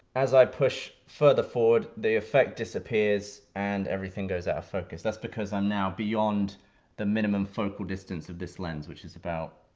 as i push further forward, the effect disappears, and everything goes out of focus. that's because i'm now beyond the minimum focal distance of this lens, which is about,